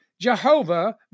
Jehovah